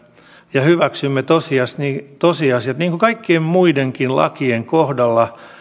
ja hyväksymme tosiasiat niin kuin kaikkien muidenkin lakien kohdalla